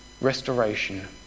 restoration